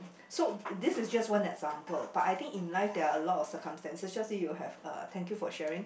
so this is just one example but I think in life there are a lot of circumstances just so you have uh thank you for sharing